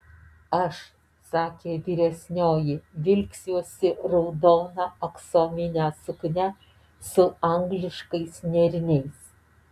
aš sakė vyresnioji vilksiuosi raudoną aksominę suknią su angliškais nėriniais